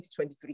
2023